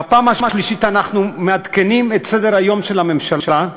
בפעם השלישית אנחנו מעדכנים את סדר-היום של הממשלה,